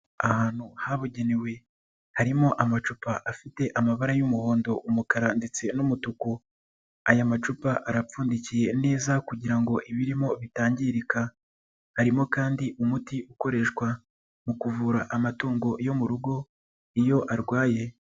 Ahantu habugenewe harimo amacupa afite amabara y'umuhondo, umukara ndetse n'umutuku, aya macupa arapfundikiye neza kugira ngo ibirimo bitangirika, harimo kandi umuti ukoreshwa mu kuvura amatungo yo mu rugo iyo arwaye.